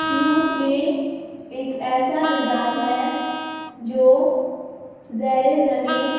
ٹیوبویل ایک ایسا نظام ہے جو زیر زمین